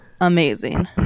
amazing